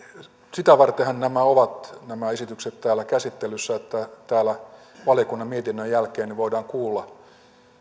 sitä vartenhan nämä esitykset ovat täällä käsittelyssä että täällä valiokunnan mietinnön jälkeen voidaan kuulla